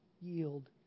yield